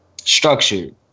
structured